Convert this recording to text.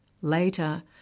Later